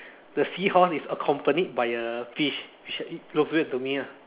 the seahorse is accompanied by a fish which uh looks weird to me lah